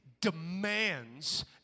demands